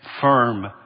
firm